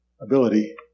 ability